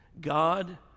God